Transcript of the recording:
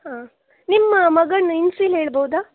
ಹಾಂ ನಿಮ್ಮ ಮಗನ ಇನ್ಷಿಯಲ್ ಹೇಳಬಹುದಾ